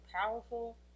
powerful